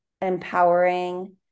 empowering